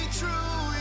true